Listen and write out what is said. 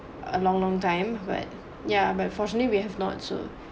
a long long time but yeah but fortunately we have not so